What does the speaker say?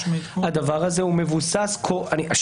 אבל גם אז